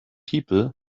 people